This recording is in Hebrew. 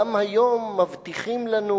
גם היום מבטיחים לנו